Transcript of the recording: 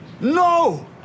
No